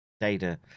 data